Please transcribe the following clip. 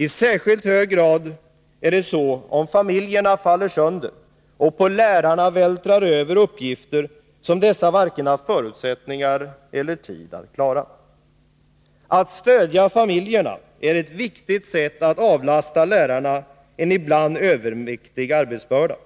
I särskilt hög grad är det så, om familjerna faller sönder och på lärarna vältrar över uppgifter som dessa varken har förutsättningar eller tid att klara. Att stödja familjerna är ett viktigt sätt att avlasta lärarna en ibland övermäktig arbetsbörda.